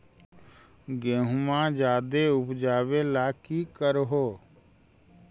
गेहुमा ज्यादा उपजाबे ला की कर हो?